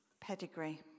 pedigree